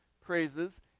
praises